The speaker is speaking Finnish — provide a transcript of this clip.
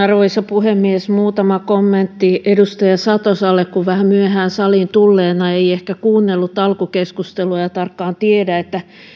arvoisa puhemies muutama kommentti edustaja satoselle kun vähän myöhään saliin tulleena ei ehkä kuunnellut alkukeskustelua eikä tarkkaan tiedä